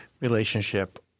relationship